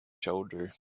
shoulder